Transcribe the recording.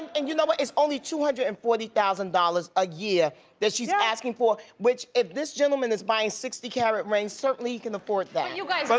and you know what, it's only two hundred and forty thousand dollars a year that she's asking for. which if this gentleman is buying sixty carat rings, certainly he can afford that. but you guys, but